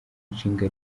nshinga